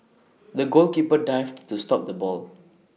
the goalkeeper dived to stop the ball